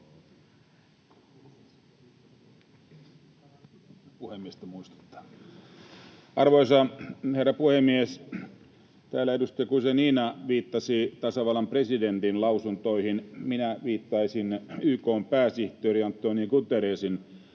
Arvoisa herra puhemies! Täällä edustaja Guzenina viittasi tasavallan presidentin lausuntoihin. Minä viittaisin YK:n pääsihteeri António Guterresin